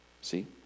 See